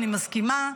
אני מסכימה,